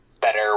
better